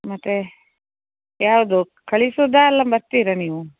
ಮತ್ತೆ ಯಾವುದು ಕಳಿಸುವುದಾ ಅಲ್ಲ ಬರ್ತೀರಾ ನೀವು